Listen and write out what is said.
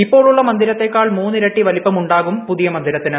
ഇപ്പോഴുള്ള മന്ദിരത്തേക്കാൾ മൂന്നിരട്ടി വലിപ്പമുണ്ടാകും പുതിയ മന്ദിരത്തിന്